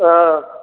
हां